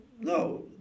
No